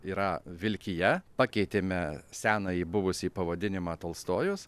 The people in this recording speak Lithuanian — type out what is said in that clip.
yra vilkija pakeitėme senąjį buvusį pavadinimą tolstojus